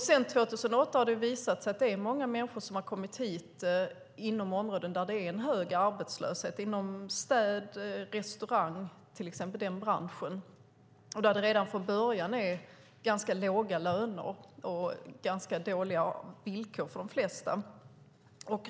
Sedan 2008 har det visat sig att det är många människor som har kommit hit inom områden där det är en hög arbetslöshet, till exempel inom städ och restaurangbranschen, där det redan från början är ganska låga löner och ganska dåliga villkor för de flesta.